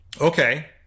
Okay